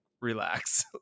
relax